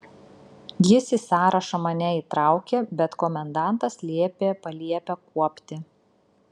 jis į sąrašą mane įtraukė bet komendantas liepė palėpę kuopti